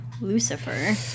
Lucifer